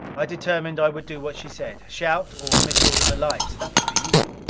i determined i would do what she said. shout, or mis-order the lights. that would be easy.